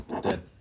Dead